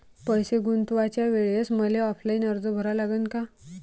पैसे गुंतवाच्या वेळेसं मले ऑफलाईन अर्ज भरा लागन का?